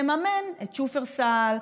תממן את שופרסל,